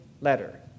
letter